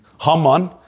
Haman